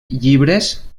llibres